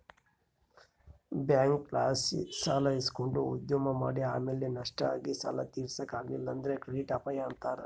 ಬ್ಯಾಂಕ್ಲಾಸಿ ಸಾಲ ಇಸಕಂಡು ಉದ್ಯಮ ಮಾಡಿ ಆಮೇಲೆ ನಷ್ಟ ಆಗಿ ಸಾಲ ತೀರ್ಸಾಕ ಆಗಲಿಲ್ಲುದ್ರ ಕ್ರೆಡಿಟ್ ಅಪಾಯ ಅಂತಾರ